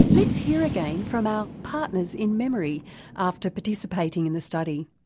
let's hear again from our partners in memory after participating in the study.